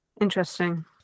Interesting